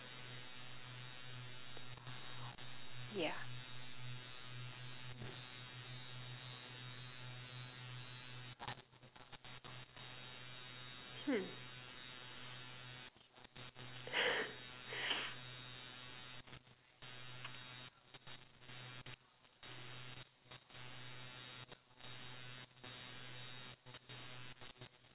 yeah hmm